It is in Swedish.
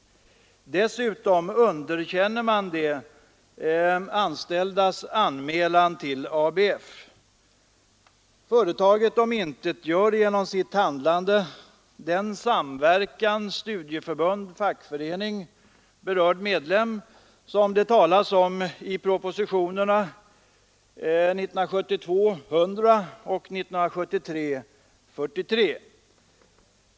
Dessutom underkänner man de anställdas anmälan till ABF. Företaget omintetgör genom sitt handlande den samverkan studieförbund-fackförening-berörd medlem som det talas om i propositionerna 1972:100 och 1973:43.